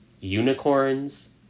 unicorns